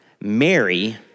Mary